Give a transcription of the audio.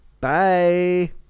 Bye